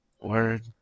Word